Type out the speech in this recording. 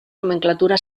nomenclatura